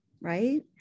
right